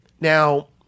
Now